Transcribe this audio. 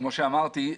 כמו שאמרתי,